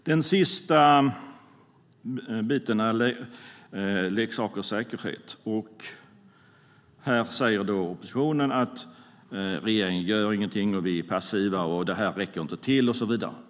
Den sista frågan handlar om leksakers säkerhet. Här säger oppositionen att regeringen inte gör någonting, att den är passiv, att det här inte räcker till och så vidare.